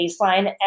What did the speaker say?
baseline